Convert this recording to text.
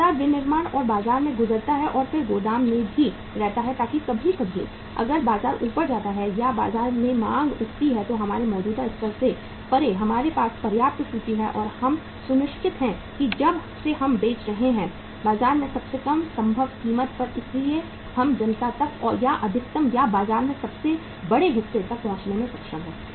लगातार विनिर्माण और बाजार में गुजरता है और फिर गोदाम में भी रखता है ताकि कभी कभी अगर बाजार ऊपर जाता है या बाजार में मांग उठती है तो हमारे मौजूदा स्तर से परे हमारे पास पर्याप्त सूची है और हम सुनिश्चित हैं कि जब से हम बेच रहे हैं बाजार में सबसे कम संभव कीमत पर इसलिए हम जनता तक या अधिकतम या बाजार के सबसे बड़े हिस्से तक पहुंचने में सक्षम हैं